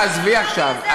עזבי עכשיו,